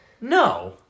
No